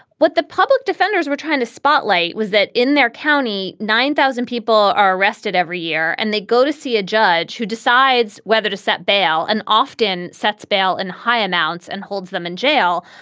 what the public defenders were trying to spotlight was that in their county, nine thousand people are arrested every year and they go to see a judge who decides whether to set bail and often sets bail and high amounts and holds them in jail.